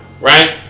right